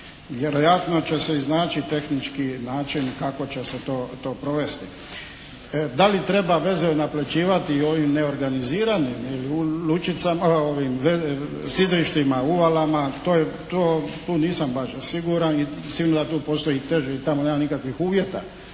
Vjerojatno će se iznaći tehnički način kako će se to provesti. Da li treba vezove naplaćivati i u ovim neorganiziranim lučicama, sidrištima, uvalama, tu nisam baš siguran s tim da tu postoji i teži, tamo nema nikakvih uvjeta